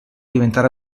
diventare